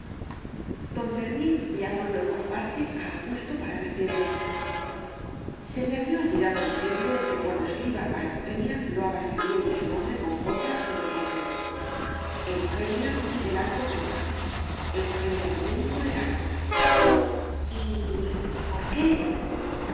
don fermín llamó luego aparte a augusto para decirle se me había olvidado decirle que cuando escriba a eugenia lo haga escribiendo su nombre con jota y no con ge eujenia y del arco con ka eujenia domingo del arko y por qué